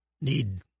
need